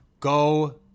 Go